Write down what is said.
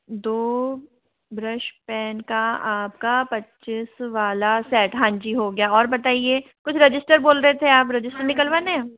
दो brush pen का आपका पच्चीस वाला सेट हाँजी हो गया और बताइए कुछ रजिस्टर बोल रहे थे आप रजिस्टर निकलवाने हैं